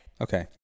okay